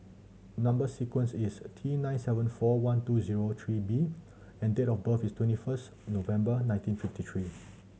number sequence is T nine seven four one two zero three B and date of birth is twenty first November nineteen fifty three